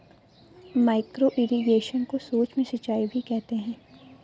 micro irrigation को सूक्ष्म सिंचाई भी कहते हैं